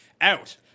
out